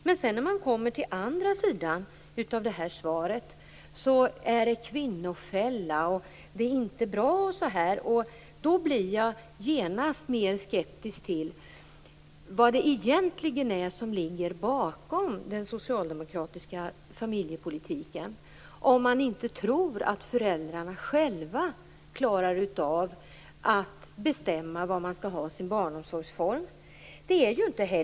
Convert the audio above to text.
Men på s. 2 i svaret talas det om kvinnofälla, och då blir jag genast mer skeptisk till vad som egentligen ligger bakom den socialdemokratiska familjepolitiken, om man inte tror att föräldrar själva klarar av att bestämma hur vilken barnomsorgsform de vill ha.